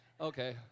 Okay